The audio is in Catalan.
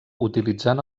utilitzant